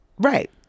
right